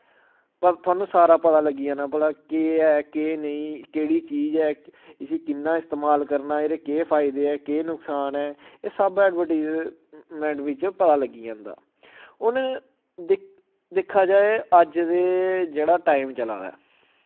प थुआनूं सारा पता लग्गी जाना भला केह् ऐ केह् नेईं केह्ड़ी चीज ऐ इसी किन्ना इस्तमाल करना एह्दे केह् फायदे ऐ केह् नकसान ऐ एह् सब एडवरटीजमैंट बिच्च पता लग्गी जंदा हून दी दिक्खा जाए अज्ज दे जेह्ड़ा टाइम चला दा ऐ